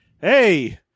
hey